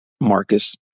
Marcus